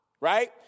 right